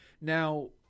Now